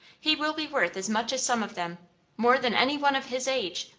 he will be worth as much as some of them more than any one of his age,